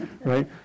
right